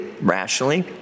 rationally